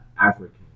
African